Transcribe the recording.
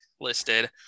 listed